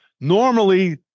normally